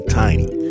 tiny